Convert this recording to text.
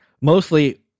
Mostly